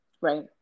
Right